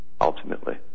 ultimately